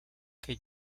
que